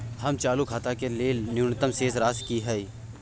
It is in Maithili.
हमर चालू खाता के लेल न्यूनतम शेष राशि की हय?